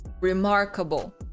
Remarkable